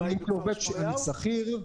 אני שכיר.